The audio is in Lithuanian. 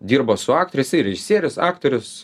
dirbo su aktoriais jisai režisierius aktorius